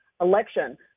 election